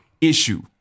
issue